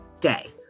day